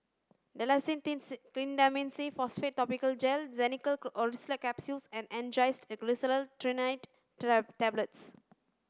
Dalacin T C Clindamycin Phosphate Topical Gel Xenical Orlistat Capsules and Angised Glyceryl Trinitrate Tablets